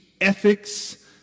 ethics